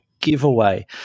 giveaway